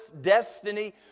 destiny